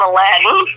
Aladdin